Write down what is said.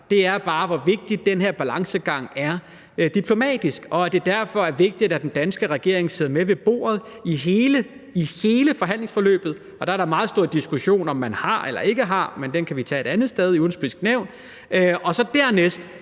sagt, er, hvor vigtig den her balancegang er rent diplomatisk, og at det derfor er vigtigt, at den danske regering sidder med ved bordet i hele forhandlingsforløbet – og der er der meget stor diskussion om at have eller ikke have, men den kan vi tage et andet sted, i Det Udenrigspolitiske Nævn – og dernæst